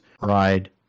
ride